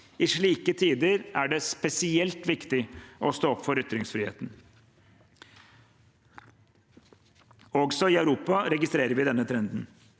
I slike tider er det spesielt viktig å stå opp for ytringsfriheten. Også i Europa registrerer vi denne trenden.